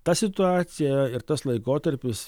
ta situacija ir tas laikotarpis